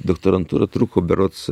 doktorantūra truko berods